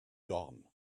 gone